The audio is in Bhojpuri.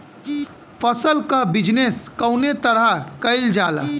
फसल क बिजनेस कउने तरह कईल जाला?